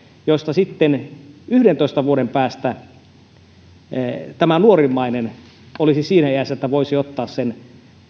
joista sitten yhdentoista vuoden päästä nuorimmainen olisi siinä iässä että voisi ottaa sen